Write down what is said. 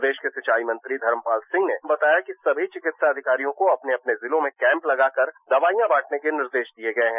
प्रदेश के सिचाई मंत्री धर्मपाल सिंह ने बताया कि सभी चिकित्सा अधिकारियों को अपने अपने जिलों में कैंप लगाकर दवाइयां बांटने के निर्देश दिये गये है